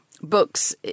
books